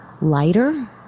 lighter